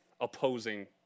opposing